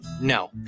No